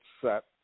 set